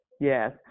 Yes